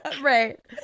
Right